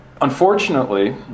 Unfortunately